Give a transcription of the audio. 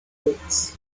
pills